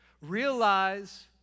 realize